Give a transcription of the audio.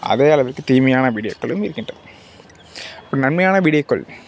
அதே அளவிற்குத் தீமையான வீடியோக்களும் இருக்கின்றது அப்போ நன்மையான வீடியோக்கள்